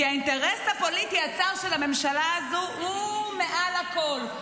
כי האינטרס הפוליטי הצר של הממשלה הזאת הוא מעל הכול.